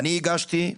אני הגשתי,